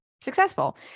successful